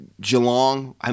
Geelong